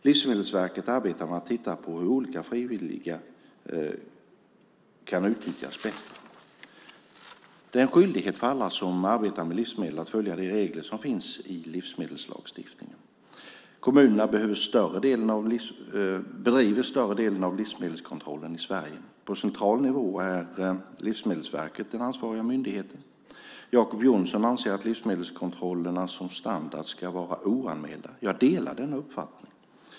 Livsmedelsverket arbetar med att titta på hur olika frivilliga former kan utnyttjas bättre. Det är en skyldighet för alla som arbetar med livsmedel att följa de regler som finns i livsmedelslagstiftningen. Kommunerna bedriver större delen av livsmedelskontrollen i Sverige. På central nivå är Livsmedelsverket den ansvariga myndigheten. Jacob Johnson anser att livsmedelskontrollerna som standard ska vara oanmälda. Jag delar denna uppfattning.